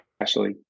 Ashley